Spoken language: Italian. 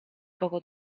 poco